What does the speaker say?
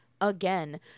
again